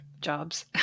jobs